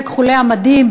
וכחולי המדים,